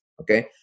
Okay